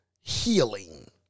healing